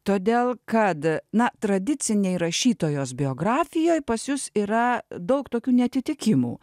todėl kad na tradicinėj rašytojos biografijoj pas jus yra daug tokių neatitikimų